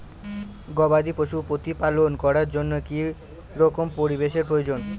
গবাদী পশু প্রতিপালন করার জন্য কি রকম পরিবেশের প্রয়োজন?